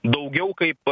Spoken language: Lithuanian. daugiau kaip